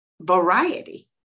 variety